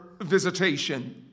visitation